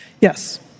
Yes